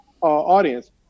audience